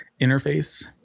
interface